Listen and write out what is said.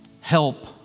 Help